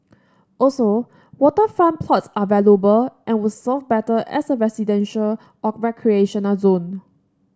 also waterfront plots are valuable and would serve better as a residential or recreational zone